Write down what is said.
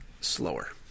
slower